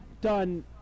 done